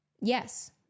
yes